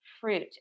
fruit